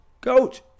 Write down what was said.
coach